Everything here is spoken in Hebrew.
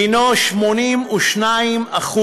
הנו 82%,